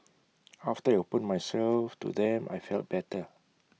after I opened myself to them I felt better